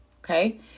okay